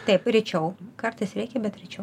taip rečiau kartais reikia bet rečiau